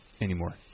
anymore